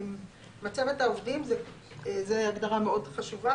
"מצבת עובדים", זו הגדרה מאוד חשובה.